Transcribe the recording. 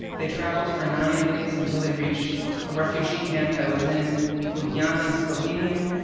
they traveled for nine days until they reached a refugee camp that was in ljubljana, slovenia.